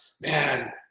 man